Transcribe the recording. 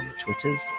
twitters